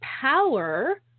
power